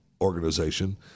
Organization